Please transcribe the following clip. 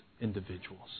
individuals